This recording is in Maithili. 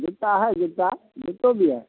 जुत्ता हय जुत्ता जुत्तो भी हय